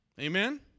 Amen